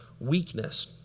weakness